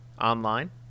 online